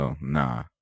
nah